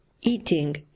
eating